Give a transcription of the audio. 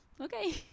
okay